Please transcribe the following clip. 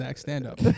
stand-up